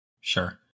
Sure